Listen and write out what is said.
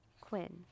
Quinn